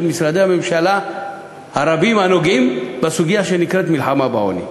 של משרדי הממשלה הרבים הנוגעים בסוגיה שנקראת מלחמה בעוני.